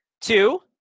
Two